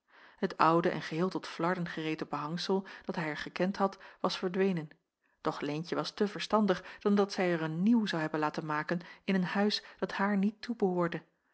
het oude en geheel tot flarden gereten behangsel dat hij er gekend had was verdwenen doch leentje was te verstandig dan dat zij er een nieuw zou hebben laten maken in een huis dat haar niet toebehoorde